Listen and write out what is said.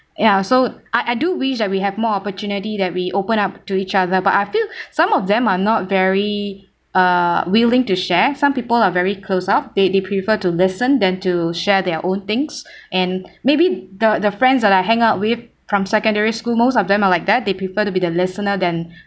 ya so I I do wish that we have more opportunity that we open up to each other but I feel some of them are not very uh willing to share some people are very closed up they they prefer to listen than to share their own things and maybe the the friends that I hang out with from secondary school most of them are like that they prefer to be the listener than